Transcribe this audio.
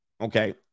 Okay